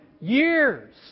years